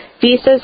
visas